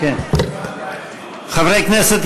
חברי הכנסת,